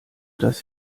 das